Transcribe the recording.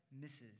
misses